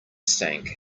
sank